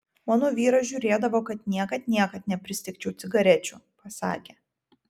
mano vyras žiūrėdavo kad niekad niekad nepristigčiau cigarečių pasakė